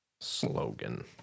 Slogan